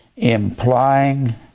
implying